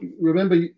remember